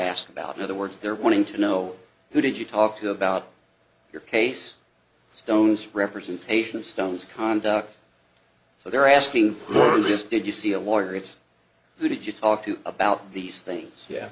asked about in other words they're wanting to know who did you talk to about your case stones representation of stones conduct so they're asking you this did you see a lawyer it's who did you talk to about these things yeah